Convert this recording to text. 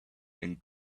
and